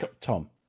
Tom